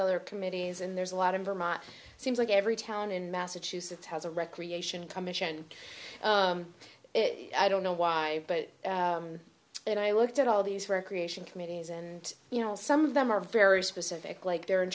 other committees and there's a lot in vermont seems like every town in massachusetts has a recreation commission i don't know why but then i looked at all these recreation committees and you know some of them are very specific like they're in